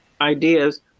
ideas